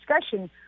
discussion